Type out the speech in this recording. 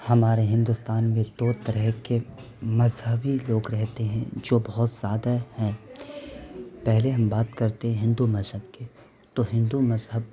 ہمارے ہندوستان میں دو طرح کے مذہبی لوگ رہتے ہیں جو بہت زیادہ ہیں پہلے ہم بات کرتے ہیں ہندو مذہب کی تو ہندو مذہب